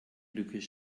glückes